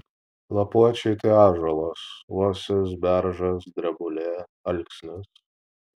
lapuočiai tai ąžuolas uosis beržas drebulė alksnis